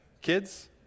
Kids